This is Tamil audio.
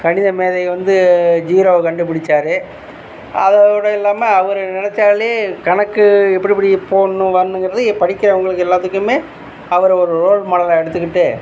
கணிதமேதை வந்து ஜீரோவை கண்டுபிடித்தாரு அதோடு இல்லாமல் அவரை நினைச்சாலே கணக்கு எப்படி எப்படி போடணும் வரணும்கிறது படிக்கிறவங்களுக்கு எல்லாத்துக்கும் அவரை ஒரு ரோல் மாடலாக எடுத்துக்கிட்டு